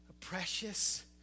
precious